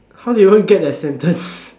how do you even get that sentence